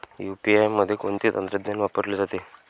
UPI मध्ये कोणते तंत्रज्ञान वापरले जाते?